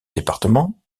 départements